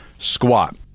Squat